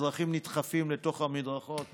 אזרחים נדחפים לתוך המדרכות.